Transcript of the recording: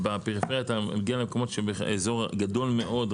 בפריפריה אתה מגיע למקומות שבאזור גדול מאוד,